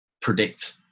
predict